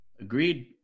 Agreed